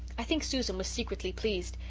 i think susan was secretly pleased.